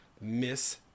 Miss